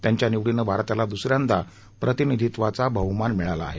त्यांच्या निवडीने भारताला दुसऱ्यांदा प्रतिनिधित्वाचा बहुमान मिळाला आहे